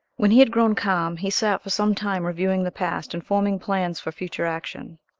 when he had grown calm he sat for some time reviewing the past and forming plans for future action.